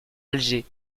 alger